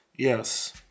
Yes